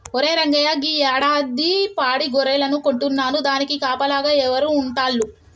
ఒరే రంగయ్య గీ యాడాది పాడి గొర్రెలను కొంటున్నాను దానికి కాపలాగా ఎవరు ఉంటాల్లు